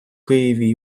києві